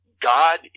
God